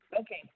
Okay